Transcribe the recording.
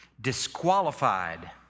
disqualified